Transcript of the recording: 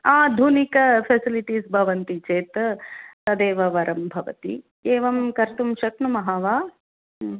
आधुनिकं फ़ेसिलिटीस् भवन्ति चेत् तदेव वरं भवति एवं कर्तुं शक्नुमः वा